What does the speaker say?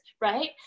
right